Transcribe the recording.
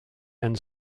and